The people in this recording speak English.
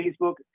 Facebook